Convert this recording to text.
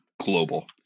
global